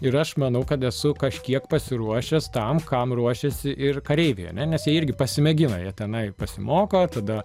ir aš manau kad esu kažkiek pasiruošęs tam kam ruošiasi ir kareiviai jie ne nes jie irgi pasimėgina jie tenai pasimoko tada